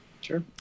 Sure